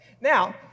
Now